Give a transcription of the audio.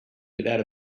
without